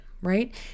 right